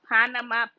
Panama